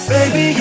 Baby